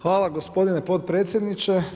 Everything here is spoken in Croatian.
Hvala gospodine potpredsjedniče.